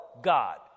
God